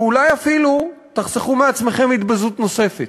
אולי אפילו תחסכו מעצמכם התבזות נוספת?